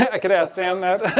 i could ask sam that.